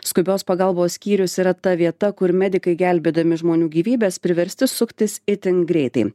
skubios pagalbos skyrius yra ta vieta kur medikai gelbėdami žmonių gyvybes priversti suktis itin greitai